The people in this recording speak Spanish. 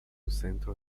centro